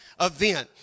event